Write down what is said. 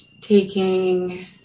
taking